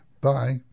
Bye